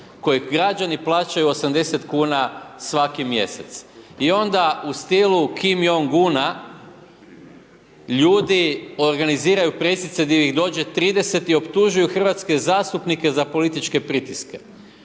koju građani plaćaju 80 kn svaki mjesec. I onda u stilu …/Govornik se ne razumije./… ljudi organiziraju preslice gdje ih dođe 30 i optužuje hrvatske zastupnike za političke pritiske.